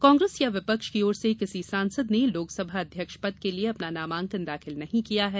कांग्रेस या विपक्ष की ओर से किसी सांसद ने लोकसभा अध्यक्ष पद के लिये अपना नामांकन दाखिल नहीं किया है